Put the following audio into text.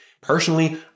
personally